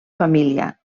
família